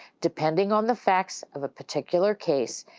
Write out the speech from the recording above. depending on the facts of a particular case,